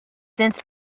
since